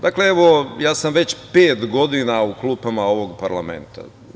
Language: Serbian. Dakle, evo ja sam već pet godina u klupama ovog parlamenta.